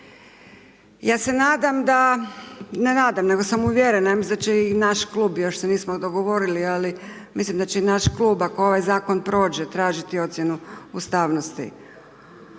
Ja se nadam da, ne nadam, nego sam uvjerena, ja mislim da će i naš Klub, još se nismo dogovorili, ali mislim da će i naš Klub ako ovaj Zakon prođe tražiti ocjenu ustavnosti,